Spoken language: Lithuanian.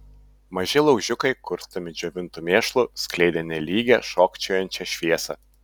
maži laužiukai kurstomi džiovintu mėšlu skleidė nelygią šokčiojančią šviesą